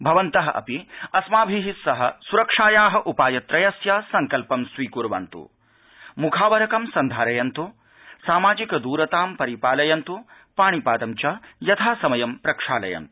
भवन्तः अपि अस्माभि सह सुरक्षाया उपायत्रयस्य सङ्कल्प स्वीक्र्वन्तु मुखावरकं सन्धारयन्त सामाजिकदौर्यं परिपालयन्तु पाणिपाद च यथासमय प्रक्षालयन्त